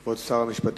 כבוד שר המשפטים,